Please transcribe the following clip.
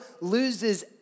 loses